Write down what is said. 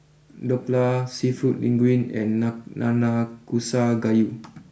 Dhokla Seafood Linguine and Nanakusa Gayu